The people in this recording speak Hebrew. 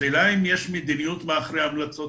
השאלה היא אם יש מדיניות מאחורי ההמלצות